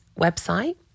website